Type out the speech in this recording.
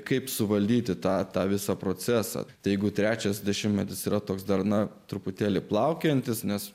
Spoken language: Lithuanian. kaip suvaldyti tą visą procesą jeigu trečias dešimtmetis yra toks darna truputėlį plaukiojantis nes